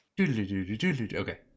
Okay